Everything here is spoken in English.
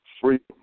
Freedom